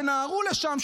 שנהרו לשם,